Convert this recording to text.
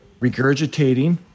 regurgitating